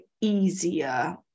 easier